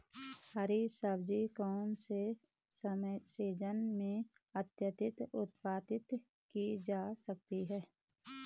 हरी सब्जी कौन से सीजन में अत्यधिक उत्पादित की जा सकती है?